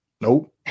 nope